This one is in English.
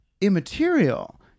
immaterial